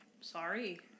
sorry